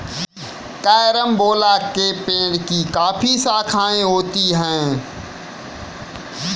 carambola के पेड़ की काफी शाखाएं होती है